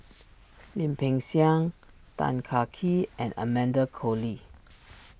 Lim Peng Siang Tan Kah Kee and Amanda Koe Lee